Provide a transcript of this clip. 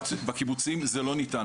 בקיבוצים זה לא ניתן.